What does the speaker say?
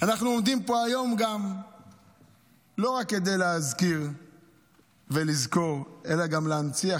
אנחנו עומדים פה היום לא רק כדי להזכיר ולזכור אלא גם להנציח